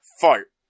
fart